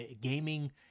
gaming